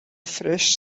fresh